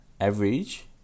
average